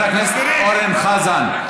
חבר הכנסת אורן חזן,